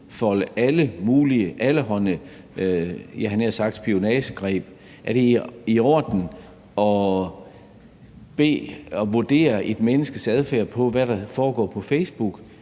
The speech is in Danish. havde nær sagt spionagegreb, og om det er i orden at vurdere et menneskes adfærd på, hvad der foregår på Facebook,